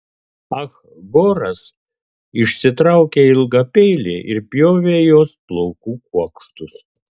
ah goras išsitraukė ilgą peilį ir pjovė jos plaukų kuokštus